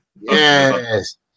Yes